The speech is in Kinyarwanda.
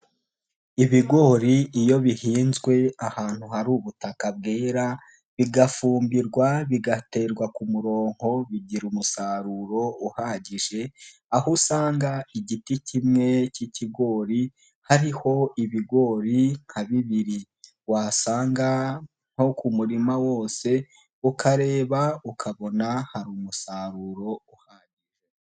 Ibigori iyo bihinzwe ahantu hari ubutaka bwera, bigafumbirwa, bigaterwa ku murongo, bigira umusaruro uhagije, aho usanga igiti kimwe cy'ikigori hariho ibigori nka bibiri, wasanga nko ku murima wose, ukareba ukabona hari umusaruro uhagije.